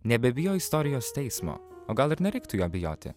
nebebijo istorijos teismo o gal ir nereiktų jo bijoti